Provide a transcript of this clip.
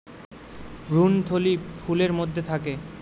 ভ্রূণথলি ফুলের মধ্যে থাকে